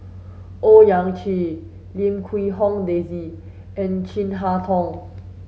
Owyang Chi Lim Quee Hong Daisy and Chin Harn Tong